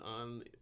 on